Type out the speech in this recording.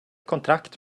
kontrakt